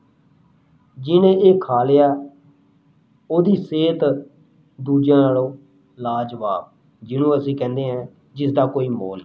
ਜਿਹਨੇ ਇਹ ਖਾ ਲਿਆ ਉਹਦੀ ਸਿਹਤ ਦੂਜਿਆਂ ਨਾਲੋਂ ਲਾਜਵਾਬ ਜਿਹਨੂੰ ਅਸੀਂ ਕਹਿੰਦੇ ਹਾਂ ਜਿਸ ਦਾ ਕੋਈ ਮੋਲ ਨਹੀਂ